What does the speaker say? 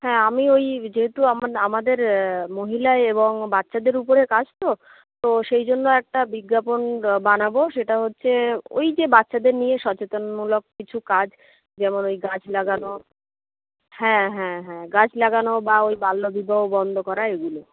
হ্যাঁ আমি ওই যেহেতু আমাদের মহিলা এবং বাচ্চাদের উপরে কাজ তো তো সেই জন্য একটা বিজ্ঞাপন বানাবো সেটা হচ্ছে ওই যে বাচ্চাদের নিয়ে সচেতনমূলক কিছু কাজ যেমন ওই গাছ লাগানো হ্যাঁ হ্যাঁ হ্যাঁ গাছ লাগানো বা ওই বাল্য বিবাহ বন্ধ করা এগুলো